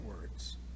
words